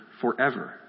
forever